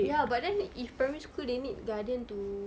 ya but then if primary school they need guardian to